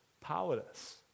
powerless